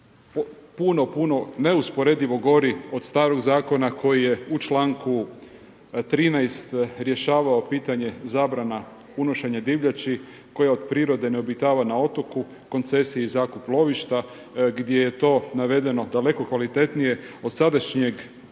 puno, puno neusporedivo gori od staroga zakona koji je u članku 13. rješavao pitanje zabrana unošenja divljači koja od prirode ne obitava na otoku, koncesiji i zakupu lovišta gdje je to navedeno daleko kvalitetnije od sadašnjeg